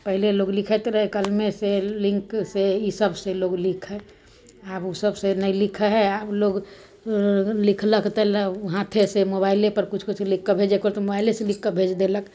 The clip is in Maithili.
पहिले लोग लिखैत रहै कलमे से लिन्क से ई सबसे लोग लिखै आब ओ सबसे नहि लिखै हइ आब लोग लिखलक तऽ हाथे से मोबाइले पर किछु किछु लिख कऽ भेजैके होइ तऽ मोबाइले से लिख कऽ भेज देलक